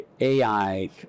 AI